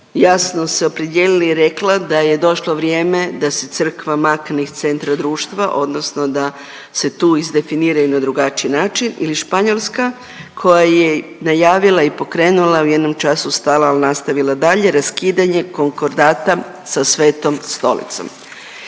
jasno se opredijelila i rekla da je došlo vrijeme da se crkva makne iz centra društva odnosno da se tu izdefiniraju na drugačiji način ili Španjolska koja je najavila i pokrenula, a u jednom času stala, al nastavila dalje, raskidanje Konkordata sa Svetom Stolicom.